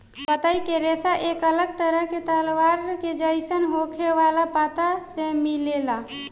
पतई के रेशा एक अलग तरह के तलवार के जइसन होखे वाला पत्ता से मिलेला